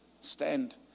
Stand